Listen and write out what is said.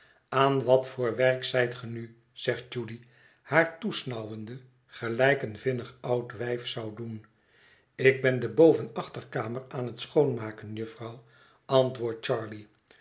aan wat voor werk zijt ge nu zegt judy haar toesnauwende gelijk een vinnig oud wijf zou doen ik ben de bovenachterkamer aan het schoonmaken jufvrouw antwoordt